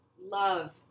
love